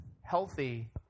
healthy